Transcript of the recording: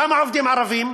כמה עובדים ערבים?